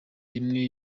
imwe